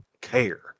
care